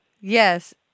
Yes